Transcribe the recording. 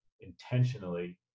intentionally